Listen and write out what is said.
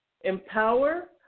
empower